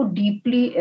deeply